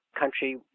country